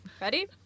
Ready